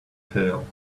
tale